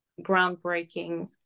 groundbreaking